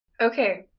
Okay